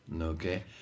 Okay